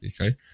Okay